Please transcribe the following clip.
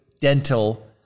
dental